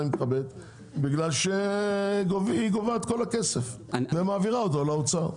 בגלל שהיא גובה את כל הכסף ומעבירה אותו לאוצר.